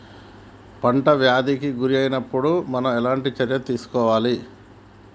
పంట వ్యాధి కి గురి అయినపుడు మనం ఎలాంటి చర్య తీసుకోవాలి?